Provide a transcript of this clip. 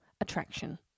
attraction